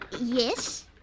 Yes